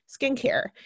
skincare